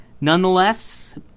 nonetheless